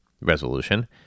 resolution